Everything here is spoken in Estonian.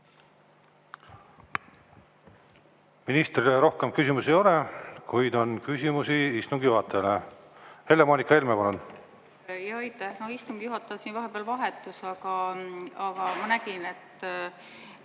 Ministrile rohkem küsimusi ei ole, kuid on küsimusi istungi juhatajale. Helle-Moonika Helme, palun!